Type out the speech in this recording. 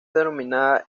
denominada